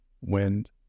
wind